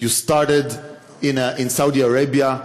ואני רוצה לדבר על סמליות ועל עשייה.